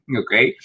okay